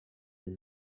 and